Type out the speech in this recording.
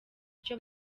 icyo